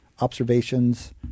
observations